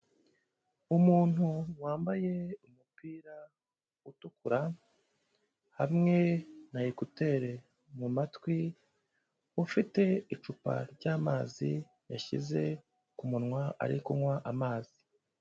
Umuntu wambaye umupira utukura hamwe na ekuteri mu matwi, ufite icupa ry'amazi yashyize ku munwa ari kunywa amazi.